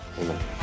Amen